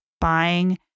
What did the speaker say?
buying